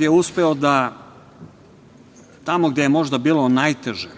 je uspeo da, tamo gde je možda bilo najteže